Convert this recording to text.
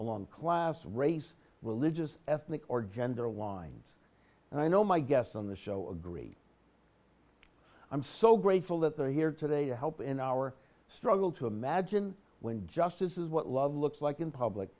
along class race religion or ethnic or gender lines and i know my guests on this show agree i'm so grateful that they're here today to help in our struggle to imagine when justice is what love looks like in public